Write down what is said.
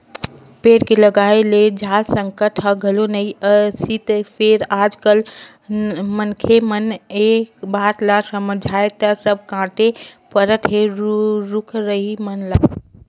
पेड़ के लगाए ले जल संकट ह घलो नइ आतिस फेर आज कल मनखे मन ह ए बात ल समझय त सब कांटे परत हे रुख राई मन ल